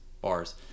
bars